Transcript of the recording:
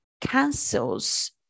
cancels